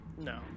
No